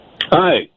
Hi